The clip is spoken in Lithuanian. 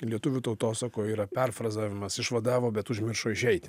lietuvių tautosakoj yra perfrazavimas išvadavo bet užmiršo išeit